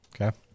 okay